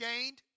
gained